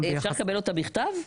אבל אפשר לקבל אותה בכתב?